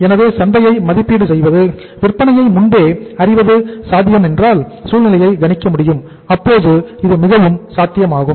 எனவே சந்தையை மதிப்பீடு செய்வது விற்பனையை முன்பே அறிவது சாத்தியம் என்றால் சூழ்நிலையை கணிக்க முடியும் அப்போது இது மிகவும் சாத்தியமாகும்